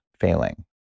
failing